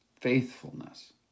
faithfulness